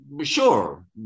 sure